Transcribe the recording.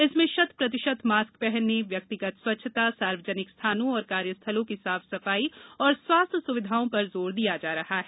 इसमें शत प्रतिशत मास्क पहनने व्यक्तिगत स्वच्छता सार्वजनिक स्थानों और कार्यस्थलों की साफ सफाई तथा स्वास्थ्य सुविधाओं पर जोर दिया जा रहा है